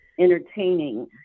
entertaining